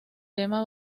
tema